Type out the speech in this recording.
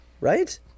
right